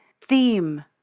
theme